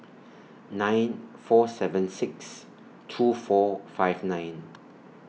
nine four seven six two four five nine